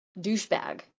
douchebag